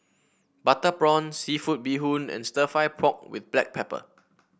Butter Prawn seafood Bee Hoon and stir fry pork with Black Pepper